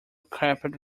carpet